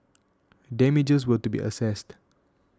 damages were to be assessed